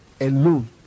alone